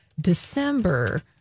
December